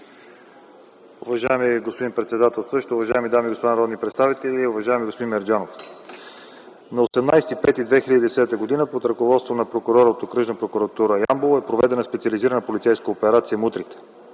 Уважаеми господин председателстващ, уважаеми дами и господа народни представители, уважаеми господин Мерджанов! На 18 май 2010 г. под ръководството на прокурора от Окръжна прокуратура Ямбол е проведена специализирана полицейска операция „Мутрите”